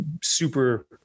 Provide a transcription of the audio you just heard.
super –